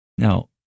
Now